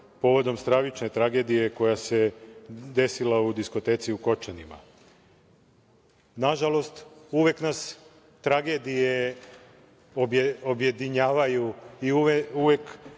povodom stravične tragedije koja se desila u diskoteci u Kočanima. Nažalost, uvek nas tragedije objedinjuju i uvek